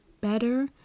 better